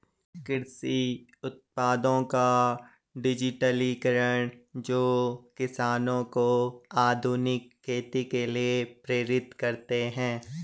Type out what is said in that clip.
कृषि उत्पादों का डिजिटलीकरण जो किसानों को आधुनिक खेती के लिए प्रेरित करते है